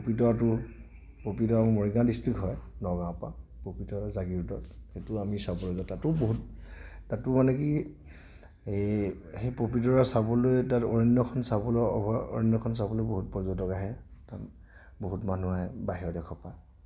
পবিতৰাতো Pobitora Morigaon district হয় নগাঁৱৰ পৰা পবিতৰা জাগীৰোডৰ সেইটো আমি চাবলৈ যাওঁ তাতো বহুত তাতো মানে কি এ সেই পবিতৰা চাবলৈ তাত অৰণ্যখন চাবলৈ অভ অৰণ্যখন চাবলৈ বহুত পৰ্যটক আহে তাত বহুত মানুহ আহে বাহিৰৰ দেশৰ পৰা